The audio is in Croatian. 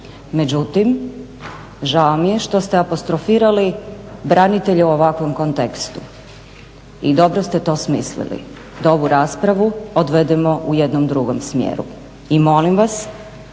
Međutim, žao mi je što ste apostrofirali branitelje u ovakvom kontekstu i dobro ste to smislili, da ovu raspravu odvedemo u jednom drugom smjeru. I molim vas,